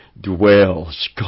dwells